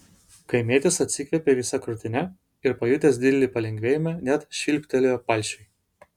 kaimietis atsikvėpė visa krūtine ir pajutęs didelį palengvėjimą net švilptelėjo palšiui